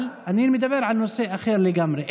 אבל אני מדבר על נושא אחר לגמרי.